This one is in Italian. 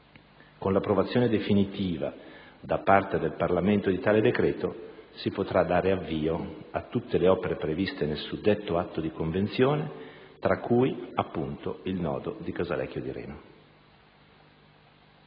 Con l'approvazione definitiva da parte del Parlamento di tale decreto si potrà dare avvio a tutte le opere previste nel suddetto atto convenzionale, tra cui - appunto - il nodo di Casalecchio di Reno.